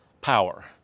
power